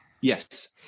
Yes